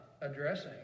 addressing